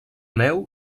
neu